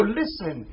listen